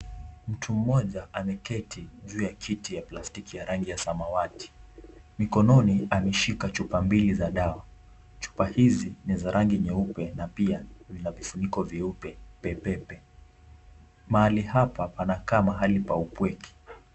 Mtu mmoja ameketi juu ya kiti ya plastiki ya rangi ya samawati. Mikononi ameshika chupa mbili za dawa. Chupa hizi ni za rangi nyeupe na pia vina vifuniko vyeupe pepepe. Mahali hapa panakaa mahali pa upweke.